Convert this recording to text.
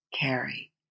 carry